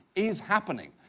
is happening.